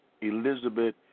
Elizabeth